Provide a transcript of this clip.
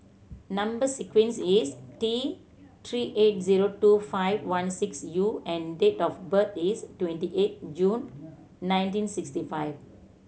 number sequence is T Three eight zero two five one six U and date of birth is twenty eight June nineteen sixty five